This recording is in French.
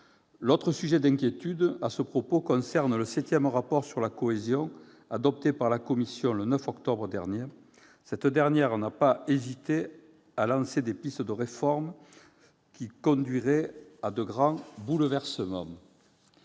L'autre sujet d'inquiétude dans ce domaine concerne le septième rapport sur la cohésion adopté par la Commission européenne le 9 octobre dernier. Cette dernière n'a pas hésité à lancer des pistes de réformes, qui conduiraient à de grands bouleversements